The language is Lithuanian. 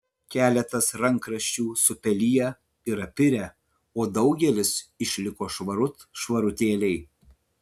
keletas rankraščių supeliję ir apirę o daugelis išliko švarut švarutėliai